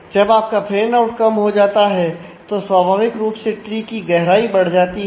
जब आपका fan out कम हो जाता है तो स्वाभाविक रूप से ट्री की गहराई बढ़ जाती है